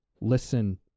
listen